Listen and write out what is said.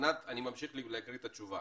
אני ממשיך להקריא את התשובה: